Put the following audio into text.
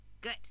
good